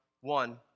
one